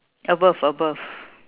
above above